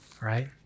right